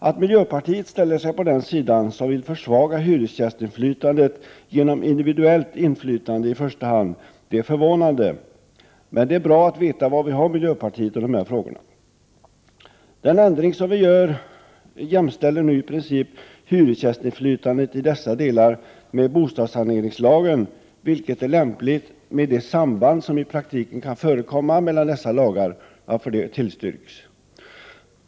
Att miljöpartiet ställer sig på den sidan som vill försvaga hyresgästinflytandet genom individuellt inflytande i första hand är förvånande, men det är bra att veta var vi har miljöpartiet i dessa frågor. Den ändring vi nu gör jämställer i princip hyresgästinflytandet i dessa delar med bostadssaneringslagen. Detta är lämpligt med de samband som i praktiken kan förekomma mellan dessa lagar, och därför tillstyrks förslaget.